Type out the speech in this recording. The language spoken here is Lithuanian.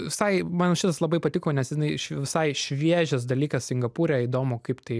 visai man šitas labai patiko nes jinai š visai šviežias dalykas singapūre įdomu kaip tai